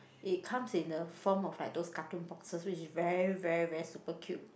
it comes in the form of like those cartoon boxes which is very very very super cute